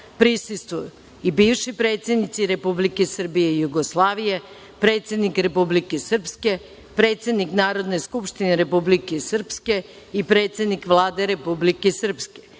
prisustvuju i: bivši predsednici Republike Srbije i Jugoslavije, predsednik Republike Srpske, predsednik Narodne skupštine Republike Srpske i predsednik Vlade Republike Srpske,